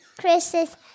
Chris's